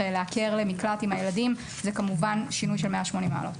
להיעקר למקלט עם הילדים הוא כמובן שינוי של 180 מעלות.